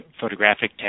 photographic